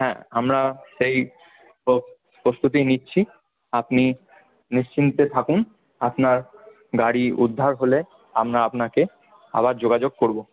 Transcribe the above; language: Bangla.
হ্যাঁ আমরা সেই প্রস্তুতি নিচ্ছি আপনি নিশ্চিন্তে থাকুন আপনার গাড়ি উদ্ধার হলে আমরা আপনাকে আবার যোগাযোগ করবো